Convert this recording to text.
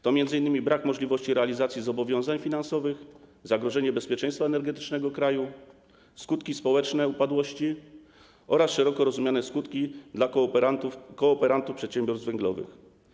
To m.in. brak możliwości realizacji zobowiązań finansowych, zagrożenie bezpieczeństwa energetycznego kraju, skutki społeczne upadłości oraz szeroko rozumiane skutki dla kooperantów przedsiębiorstw węglowych.